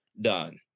done